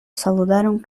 saludaron